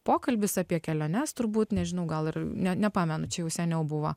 pokalbis apie keliones turbūt nežinau gal ir ne nepamenu čia jau seniau buvo